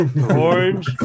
orange